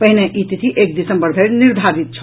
पहिने ई तिथि एक दिसंबर धरि निर्धारित छल